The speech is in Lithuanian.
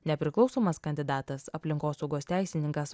nepriklausomas kandidatas aplinkosaugos teisininkas